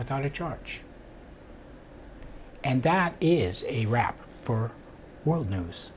without a charge and that is a wrap for world news